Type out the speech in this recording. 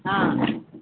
ହଁ